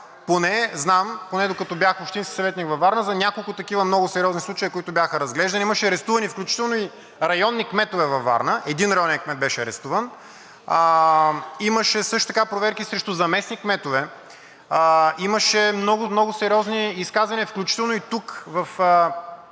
поне знам, поне докато бях общински съветник във Варна, за няколко такива много сериозни случая, които бяха разглеждани. Имаше арестувани, включително и районни кметове във Варна – един районен кмет беше арестуван, имаше също така проверки срещу заместник-кметове. Имаше много сериозни изказвания, включително и тук в тази